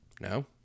No